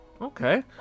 Okay